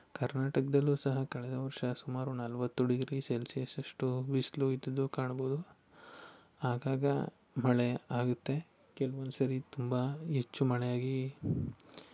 ಕರ್ನಾಟಕದಲ್ಲೂ ಸಹ ಕಳೆದ ವರ್ಷ ಸುಮಾರು ನಲವತ್ತು ಡಿಗ್ರಿ ಸೆಲ್ಸಿಯಸ್ ಅಷ್ಟು ಬಿಸಿಲು ಇದ್ದದ್ದು ಕಾಣಬಹುದು ಆಗಾಗ ಮಳೆ ಆಗುತ್ತೆ ಕೆಲ್ವೊಂದು ಸರಿ ತುಂಬ ಹೆಚ್ಚು ಮಳೆ ಆಗಿ